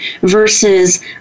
versus